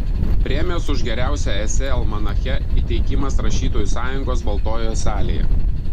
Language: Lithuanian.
premijos už geriausią esė almanache įteikimas rašytojų sąjungos baltojoje salėje